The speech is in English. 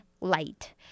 light